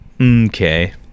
okay